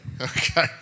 Okay